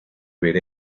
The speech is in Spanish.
ver